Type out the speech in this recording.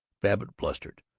babbitt blustered,